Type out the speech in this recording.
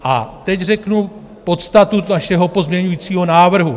A teď řeknu podstatu našeho pozměňujícího návrhu.